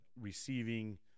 receiving